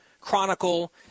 chronicle